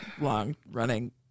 long-running